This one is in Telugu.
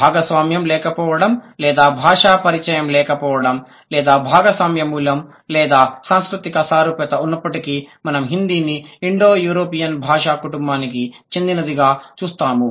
భాగస్వామ్యo లేకపోవడం లేదా భాషా పరిచయం లేకపోవడం లేదా భాగస్వామ్య మూలం లేదా సాంస్కృతిక సారూప్యత ఉన్నప్పటికీ మనం హిందీని ఇండో యూరోపియన్ భాషా కుటుంబానికి చెందినదిగా చూస్తాము